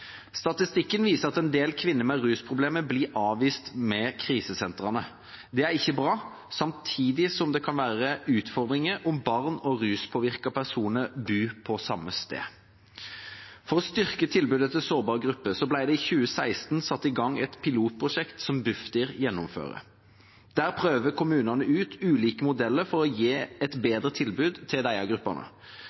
Statistikken viser at en del kvinner med rusproblemer blir avvist ved krisesentrene. Det er ikke bra, samtidig som det kan være utfordringer om barn og ruspåvirkede personer bor på samme sted. For å styrke tilbudet til sårbare grupper ble det i 2016 satt i gang et pilotprosjekt som Bufdir gjennomfører. Der prøver kommunene ut ulike modeller for å gi et bedre tilbud til disse gruppene.